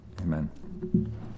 Amen